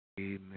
Amen